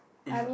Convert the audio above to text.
if